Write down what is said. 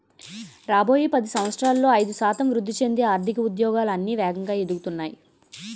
రాబోయే పది సంవత్సరాలలో ఐదు శాతం వృద్ధి చెందే ఆర్థిక ఉద్యోగాలు అన్నీ వేగంగా ఎదుగుతున్నాయి